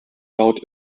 laut